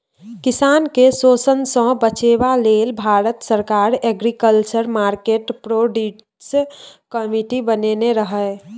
किसान केँ शोषणसँ बचेबा लेल भारत सरकार एग्रीकल्चर मार्केट प्रोड्यूस कमिटी बनेने रहय